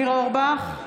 (קוראת בשמות חברי הכנסת) ניר אורבך,